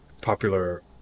popular